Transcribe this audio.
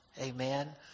Amen